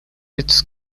its